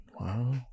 Wow